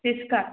फिस्का